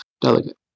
delegate